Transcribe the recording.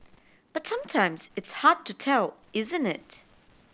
but sometimes it's hard to tell isn't it